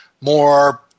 more